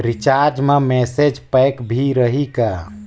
Recharge मा message pack भी रही का?